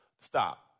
Stop